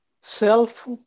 self